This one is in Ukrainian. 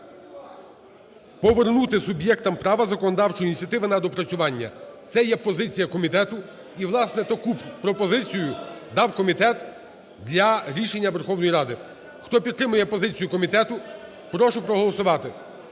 повернути суб'єктам права законодавчої ініціативи на доопрацювання. Це є позиція комітету і, власне, таку пропозицію дав комітет для рішення Верховної Ради. Хто підтримує позицію комітету, прошу проголосувати.